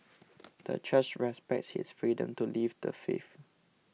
the church respects his freedom to leave the faith